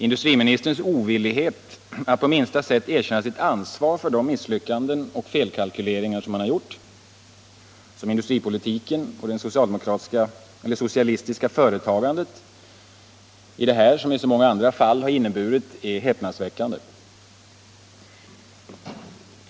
Industriministerns ovillighet att på minsta sätt erkänna sitt ansvar för de misslyckanden och felkalkyleringar som han har gjort, vilket industripolitiken och det socialistiska företagandet i detta som i så många andra fall inneburit, är häpnadsväckande.